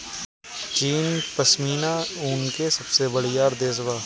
चीन पश्मीना ऊन के सबसे बड़ियार देश बा